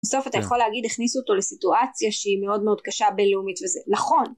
בסוף אתה יכול להגיד הכניס אותו לסיטואציה שהיא מאוד מאוד קשה בינלאומית וזה נכון